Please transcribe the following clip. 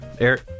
Eric